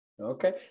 Okay